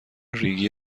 ریگی